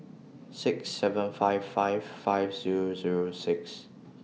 six seven five five five Zero Zero six